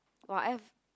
!wah! F